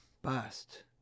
bust